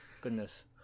goodness